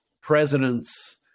president's